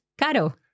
caro